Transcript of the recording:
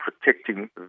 protecting